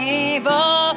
evil